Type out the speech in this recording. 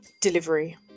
delivery